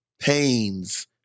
pains